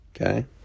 Okay